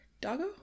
doggo